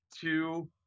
two